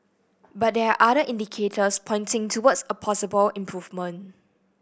but there are other indicators pointing towards a possible improvement